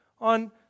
on